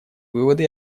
выводы